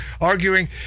arguing